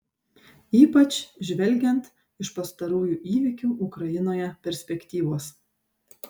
ypač žvelgiant iš pastarųjų įvykių ukrainoje perspektyvos